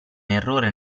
errore